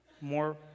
More